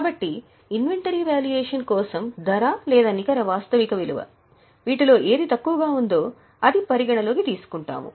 కాబట్టి inventory valuation కోసం "ధర లేదా నికర వాస్తవిక విలువ" వీటిలో ఏది తక్కువగా ఉందో అది పరిగణలోకి తీసుకుంటాము